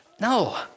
no